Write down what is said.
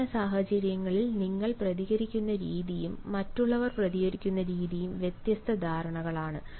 സമാന സാഹചര്യങ്ങളിൽ നിങ്ങൾ പ്രതികരിക്കുന്ന രീതിയും മറ്റുള്ളവർ പ്രതികരിക്കുന്ന രീതിയും വ്യത്യസ്ത ധാരണകളാണ്